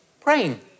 praying